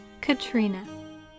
Katrina